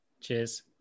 Cheers